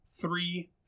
three